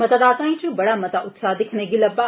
मतदाताएं च बड़ा मता उत्साह् दिक्खने गी लव्मा